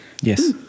Yes